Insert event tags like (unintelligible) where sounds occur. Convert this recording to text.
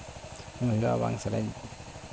(unintelligible) ᱵᱟᱝ ᱥᱮᱞᱟᱭᱤᱱ